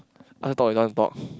ask you talk you don't want talk